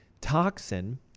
toxin